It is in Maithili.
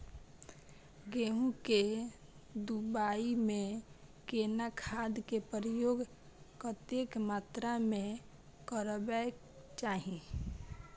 गेहूं के बुआई में केना खाद के प्रयोग कतेक मात्रा में करबैक चाही?